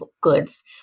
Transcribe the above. goods